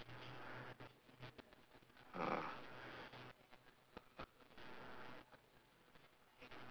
ah